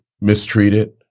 mistreated